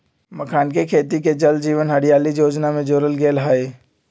मखानके खेती के जल जीवन हरियाली जोजना में जोरल गेल हई